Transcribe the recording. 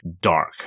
dark